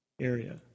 area